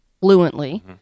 fluently